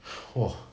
!wah!